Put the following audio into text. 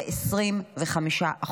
ב-25%.